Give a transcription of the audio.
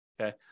Okay